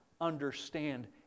understand